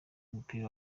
w’umupira